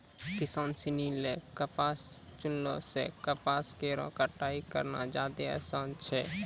किसान सिनी ल कपास चुनला सें कपास केरो कटाई करना जादे आसान छै